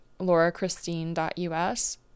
laurachristine.us